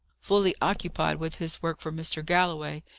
fully occupied with his work for mr. galloway,